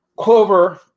Clover